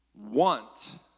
want